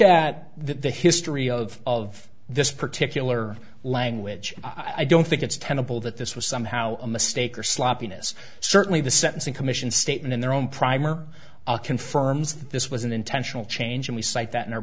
at the history of of this particular language i don't think it's tenable that this was somehow a mistake or sloppiness certainly the sentencing commission statement in their own primer confirms that this was an intentional change and we cite that in our